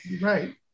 Right